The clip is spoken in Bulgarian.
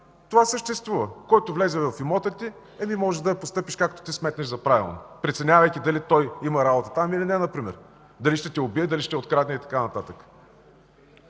това съществува. Който влезе в имота ти, можеш да постъпиш както сметнеш за правилно, преценявайки дали той има работа там или не, дали ще те убие, дали ще открадне и така нататък.